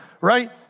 right